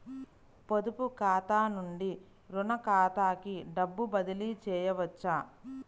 పొదుపు ఖాతా నుండీ, రుణ ఖాతాకి డబ్బు బదిలీ చేయవచ్చా?